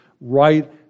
right